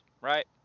right